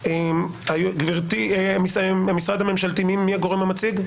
גברתי המשרד הממשלתי מי הגורם המציג,